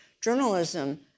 journalism